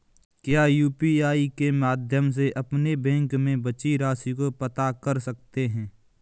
क्या यू.पी.आई के माध्यम से अपने बैंक में बची राशि को पता कर सकते हैं?